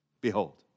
Behold